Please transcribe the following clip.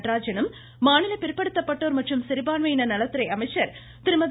நடராஜனும் மாநில பிற்படுத்தப்பட்டோர் மற்றும் சிறுபான்மையின நலத்துறை அமைச்சர் திருமதி